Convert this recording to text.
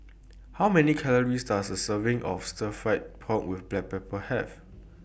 How Many Calories Does A Serving of Stir Fried Pork with Black Pepper Have